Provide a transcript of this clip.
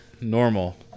normal